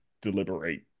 deliberate